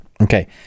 Okay